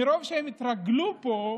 מרוב שהם התרגלו פה,